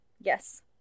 Yes